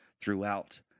throughout